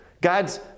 God's